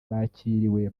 bakiriwe